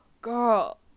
girl